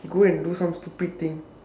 he go and do some stupid thing